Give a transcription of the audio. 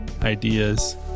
ideas